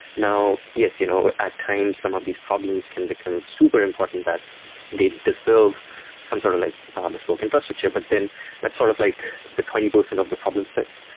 now, yes, you know at times some of these problems can become super important that they deserve some sort of like bespoke infrastructure, but then that's sort of like the twenty percent of the problem set,